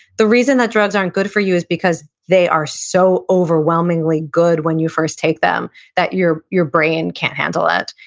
the reason that drugs aren't good for you is because they are so overwhelmingly good when you first take them that your your brain can't handle it,